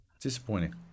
disappointing